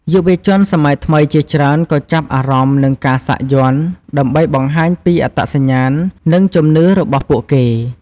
យុវជនសម័យថ្មីជាច្រើនក៏ចាប់អារម្មណ៍នឹងការសាក់យ័ន្ត ដើម្បីបង្ហាញពីអត្តសញ្ញាណ និងជំនឿរបស់ពួកគេ។